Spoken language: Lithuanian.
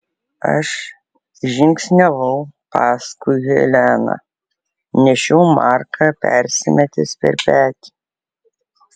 aš žingsniavau paskui heleną nešiau marką persimetęs per petį